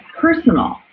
personal